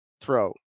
throw